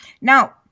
now